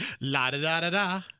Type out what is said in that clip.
la-da-da-da-da